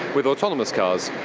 with autonomous cars.